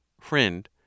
FRIEND